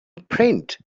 print